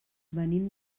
venim